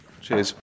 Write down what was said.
Cheers